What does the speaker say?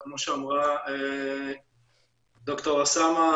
וכמו שאמרה ד"ר אסמאא,